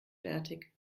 fertig